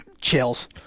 chills